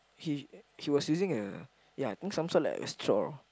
he he was using a ya I think some sort like a straw